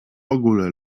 ogóle